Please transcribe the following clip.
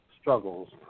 struggles